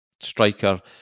striker